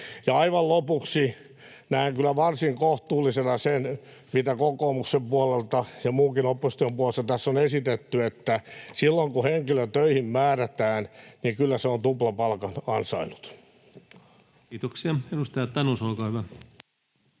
aivan lopuksi, näen kyllä varsin kohtuullisena sen, mitä kokoomuksen puolelta ja muunkin opposition puolelta tässä on esitetty: silloin kun henkilö töihin määrätään, niin kyllä hän on tuplapalkan ansainnut. [Speech 25] Speaker: